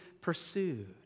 pursued